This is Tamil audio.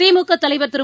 திமுக தலைவர் திரு